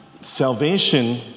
salvation